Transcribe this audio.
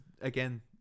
again